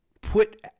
put